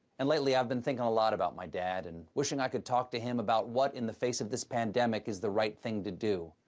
and lately i've been thinking a lot about my dad and wishing i could talk to him about what in the face of this pandemic is the right thing to do.